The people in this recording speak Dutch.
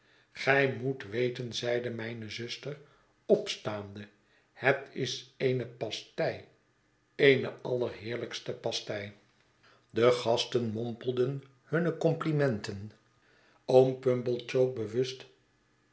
gij moet weten zeide mijne zuster opstaande het is eene pastei eene allerheerlijkste pastei de gasten mompelden hunne complimenten oom pumblechook